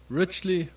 richly